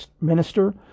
minister